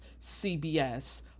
CBS